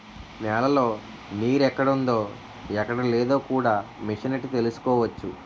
నేలలో నీరెక్కడుందో ఎక్కడలేదో కూడా మిసనెట్టి తెలుసుకోవచ్చు